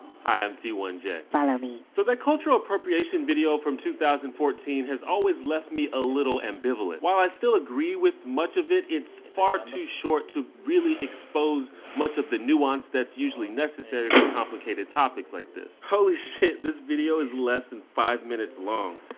hi, i'm t one j! follow me! so that cultural appropriation video from two thousand and fourteen has always left me a little ambivalent. while i still agree with much of it, it's far too short to really expose much of the nuance that's usually necessary for complicated topics like this. holy shit this video is less than five minutes long!